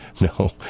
No